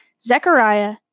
Zechariah